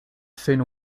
thin